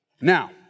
Now